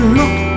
look